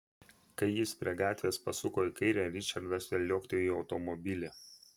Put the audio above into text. kai jis prie gatvės pasuko į kairę ričardas vėl liuoktelėjo į automobilį